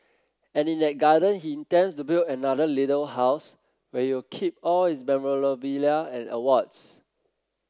and in that garden he intends to build another little house where he'll keep all his memorabilia and awards